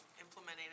implementing